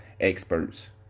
experts